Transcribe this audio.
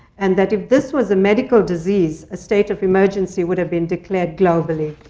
and that if this was a medical disease, a state of emergency would have been declared globally.